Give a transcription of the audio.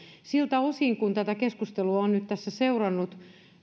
siltä osin kuin tätä keskustelua olen nyt tässä seurannut